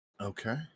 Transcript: Okay